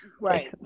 Right